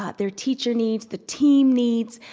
ah their teacher needs, the team needs,